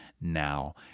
now